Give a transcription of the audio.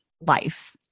life